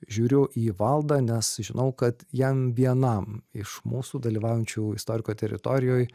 žiūriu į valdą nes žinau kad jam vienam iš mūsų dalyvaujančių istoriko teritorijoj